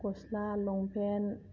गस्ला लंपेन्ट